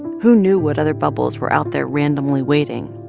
who knew what other bubbles were out there randomly waiting?